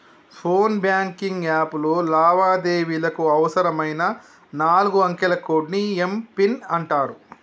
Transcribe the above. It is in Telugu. ఫోన్ బ్యాంకింగ్ యాప్ లో లావాదేవీలకు అవసరమైన నాలుగు అంకెల కోడ్ని ఏం పిన్ అంటారు